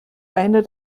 einer